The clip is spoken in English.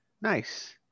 Nice